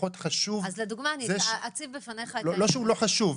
לדוגמה אני אציב בפניך לא שהוא לא חשוב,